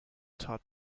tat